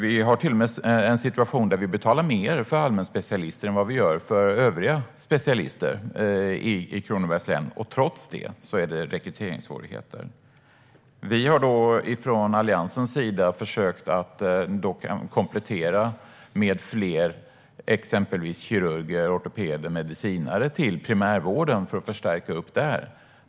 Vi har till och med en situation i Kronobergs län där vi betalar mer för allmänspecialister än vad vi gör för övriga specialister. Trots det råder rekryteringssvårigheter. Vi har från Alliansens sida försökt komplettera med exempelvis fler kirurger, ortopeder och medicinare till primärvården för att förstärka där.